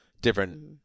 Different